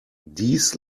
dies